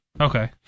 Okay